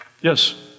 Yes